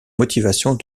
motivations